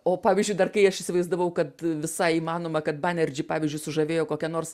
o pavyzdžiui dar kai aš įsivaizdavau kad visai įmanoma kad banerdžį pavyzdžiui sužavėjo kokia nors